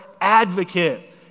advocate